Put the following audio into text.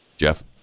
Jeff